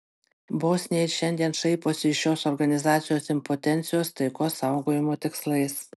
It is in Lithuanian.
bosniai ir šiandien šaiposi iš šios organizacijos impotencijos taikos saugojimo tikslais